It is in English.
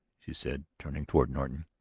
she said, turning toward norton.